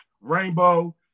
Rainbow